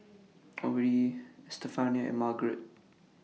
Odie Estefania and Margarette